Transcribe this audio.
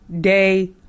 day